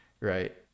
right